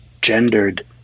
gendered